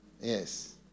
Yes